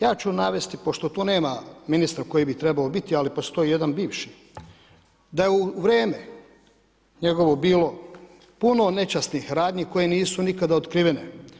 Ja ću navesti, pošto tu nema ministra koji bi trebao biti, ali postoji jedan bivši, da je u vrijeme njegovo bilo puno nečasnih radnji koje nisu nikada otkrivene.